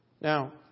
Now